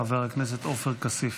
חבר הכנסת עופר כסיף.